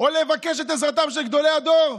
או לבקש את עזרתם של גדולי הדור,